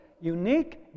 unique